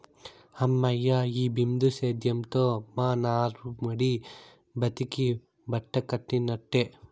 హమ్మయ్య, ఈ బిందు సేద్యంతో మా నారుమడి బతికి బట్టకట్టినట్టే